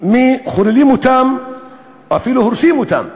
מחללים אותם ואפילו הורסים אותם: